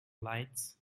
lights